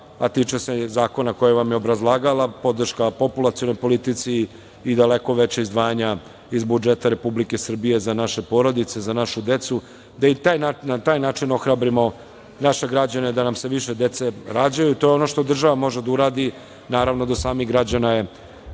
a tiče se zakona koje vam je obrazlagala, podrška populacionoj politici i daleko veća izdvajanja iz budžeta Republike Srbije za naše porodice, za našu decu, da i na taj način ohrabrimo naše građane da nam se više dece rađaju. To je ono što država može da uradi. Naravno, do samih građana je